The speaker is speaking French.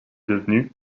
devenu